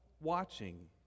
watching